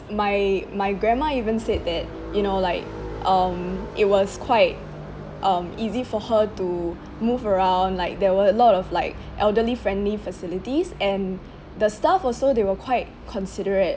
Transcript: my my grandma even said that you know like um it was quite um easy for her to move around like there were a lot of like elderly friendly facilities and the staff also they were quite considerate